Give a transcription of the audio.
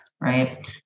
right